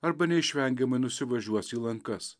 arba neišvengiamai nusivažiuos į lankas